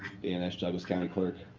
dan esch, douglas county clerk.